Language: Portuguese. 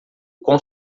com